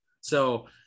So-